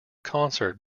concert